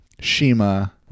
Shima